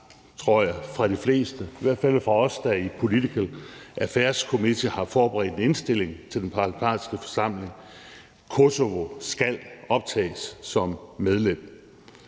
tror jeg, fra de flestes side, i hvert fald fra os, der i Political Affaires Committee har forberedt en indstilling til den parlamentariske forsamling: Kosovo skal optages som medlem.